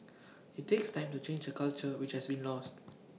IT takes time to change A culture which has been lost